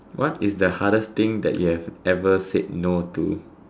what is the hardest thing that you have ever said no to